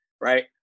right